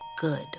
good